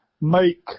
make